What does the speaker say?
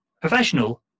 Professional